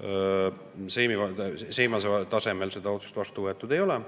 tasemel, Seimase tasemel seda otsust vastu võetud ei ole.